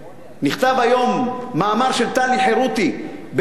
נכתב היום מאמר של טלי חירותי ב"דה-מרקר",